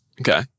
Okay